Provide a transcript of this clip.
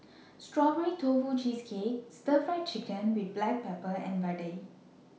Strawberry Tofu Cheesecake Stir Fry Chicken with Black Pepper and Vadai